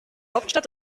hauptstadt